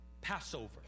Passover